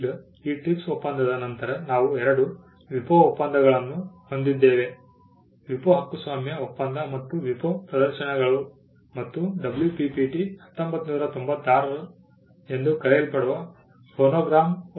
ಈಗ ಈ TRIPS ಒಪ್ಪಂದದ ನಂತರ ನಾವು ಎರಡು WIPO ಒಪ್ಪಂದಗಳನ್ನು ಹೊಂದಿದ್ದೇವೆ WIPO ಹಕ್ಕುಸ್ವಾಮ್ಯ ಒಪ್ಪಂದ ಮತ್ತು WIPO ಪ್ರದರ್ಶನಗಳು ಮತ್ತು WPPT 1996 ಎಂದು ಕರೆಯಲ್ಪಡುವ ಫೋನೋಗ್ರಾಮ್ ಒಪ್ಪಂದ